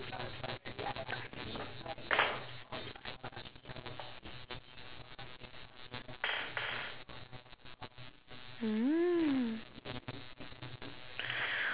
mm